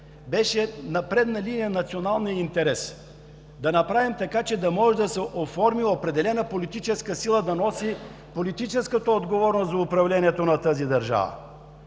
беше на предна линия националният интерес. Да направим така, че да може да се оформи определена политическа сила, която да носи политическата отговорност за управлението на тази държава.